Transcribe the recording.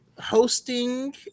hosting